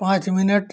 पाँच मिनट